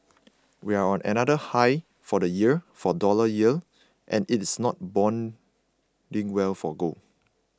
we're on another high for the year for dollar yields and it's not boding well for gold